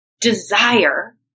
desire